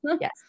Yes